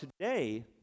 today